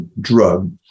drug